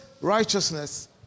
righteousness